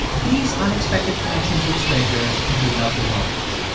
these unexpected connections with strangers can be lovely moments.